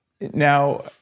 Now